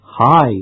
Hi